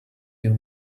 you